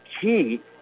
key